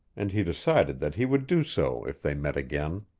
and he decided that he would do so if they met again.